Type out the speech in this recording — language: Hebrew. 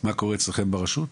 מה קורה אצלכם ברשות?